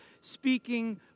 speaking